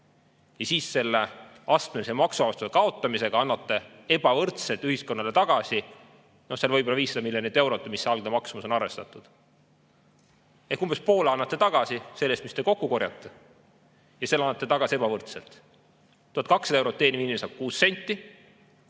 siis selle astmelise maksu[vabastuse] kaotamisega annate ebavõrdselt ühiskonnale tagasi. See on võib-olla 500 miljonit eurot, või mis see algne maksumus on arvestatud. Umbes poole annate tagasi sellest, mis te kokku korjate, ja annate tagasi ebavõrdselt. 1200 eurot teeniv inimene saab 6 senti